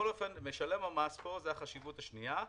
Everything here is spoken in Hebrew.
החשיבות השנייה,